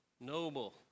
noble